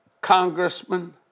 congressman